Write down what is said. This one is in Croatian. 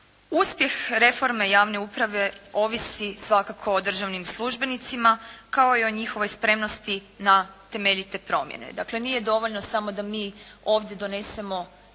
Uspjeh reforme javne uprave ovisi svakako o državnim službenicima kao i o njihovoj spremnosti na temeljite promjene. Dakle nije dovoljno samo da mi ovdje donesemo